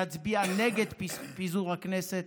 נצביע נגד פיזור הכנסת,